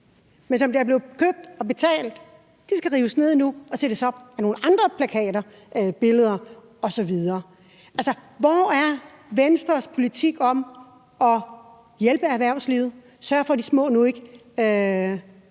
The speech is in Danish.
og som er blevet købt og betalt. De skal rives ned nu, og nogle andre plakater, billeder osv. skal sættes op. Altså, hvor er Venstres politik om at hjælpe erhvervslivet og sørge for, at de små ikke